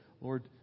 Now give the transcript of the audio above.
Lord